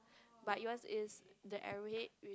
but yours is the arrow head